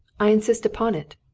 i insist upon it!